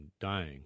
dying